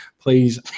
please